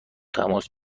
تماس